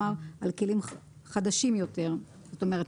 כלומר,